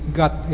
got